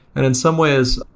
and in some ways,